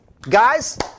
Guys